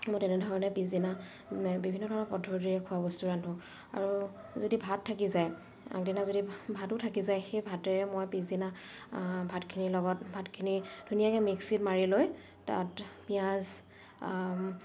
মই তেনেধৰণে পিছদিনা বিভিন্ন ধৰণৰ পদ্ধতিৰে খোৱাবস্তু ৰান্ধো আৰু যদি ভাত থাকি যায় আগদিনা যদি ভাতো থাকি যায় সেই ভাতেৰে মই পিছদিনা ভাতখিনিৰ লগত ভাতখিনি ধুনীয়াকৈ মিক্সিত মাৰি লৈ তাত পিঁয়াজ